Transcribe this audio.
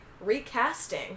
recasting